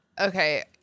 Okay